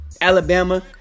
Alabama